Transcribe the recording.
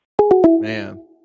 Man